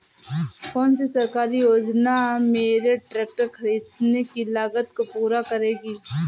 कौन सी सरकारी योजना मेरे ट्रैक्टर ख़रीदने की लागत को पूरा करेगी?